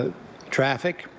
ah traffic,